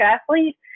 athlete